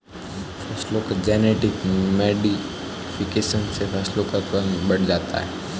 फसलों के genetic modification से फसलों का उत्पादन बढ़ जाता है